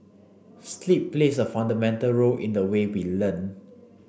sleep plays a fundamental role in the way we learn